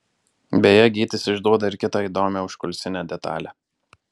beje gytis išduoda ir kitą įdomią užkulisinę detalę